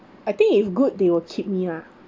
I think if good they will keep me lah